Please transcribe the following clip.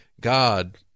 God